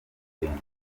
kugenda